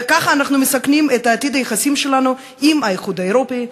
ככה אנחנו מסכנים את עתיד היחסים שלנו עם האיחוד האירופי,